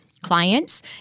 clients